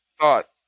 thought